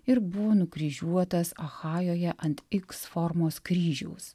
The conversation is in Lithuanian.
ir buvo nukryžiuotas achajoje ant x formos kryžiaus